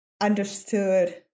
understood